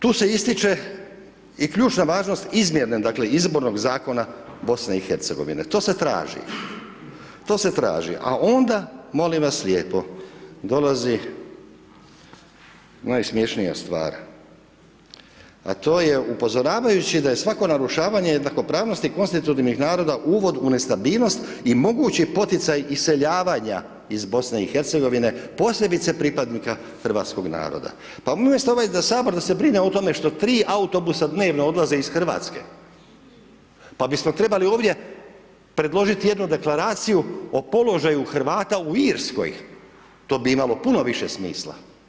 Tu se ističe i ključna važnost izmjene, dakle, izbornog Zakona BiH, to se traži, a onda, molim vas lijepo, dolazi najsmješnija stvar, a to je, upozoravajući da je svako narušavanje jednakopravnosti konstitutivnih naroda uvod u nestabilnost i mogući poticaj iseljavanja iz BiH, posebice pripadnika hrvatskoga naroda, a umjesto Sabor da se brine o tome što tri autobusa dnevno odlaze iz RH, pa bismo trebali ovdje predložiti jednu Deklaraciju o položaju Hrvata u Irskoj, to bi imalo puno više smisla.